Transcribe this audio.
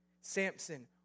Samson